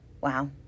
Wow